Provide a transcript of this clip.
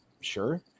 sure